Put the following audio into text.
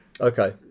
Okay